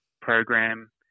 program